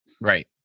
Right